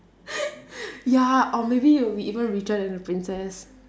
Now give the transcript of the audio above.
ya or maybe you would be even richer than the princess